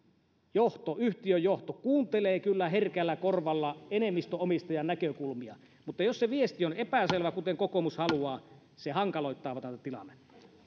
yhtiön johto kuuntelee kyllä herkällä korvalla enemmistöomistajan näkökulmia mutta jos se viesti on epäselvä kuten kokoomus haluaa se hankaloittaa tätä tilannetta